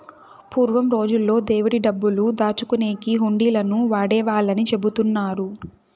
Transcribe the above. పూర్వం రోజుల్లో దేవుడి డబ్బులు దాచుకునేకి హుండీలను వాడేవాళ్ళని చెబుతున్నారు